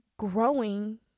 growing